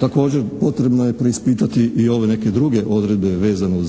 Također potrebno je preispitati i ove neke druge odredbe vezano